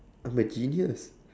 I'm a genius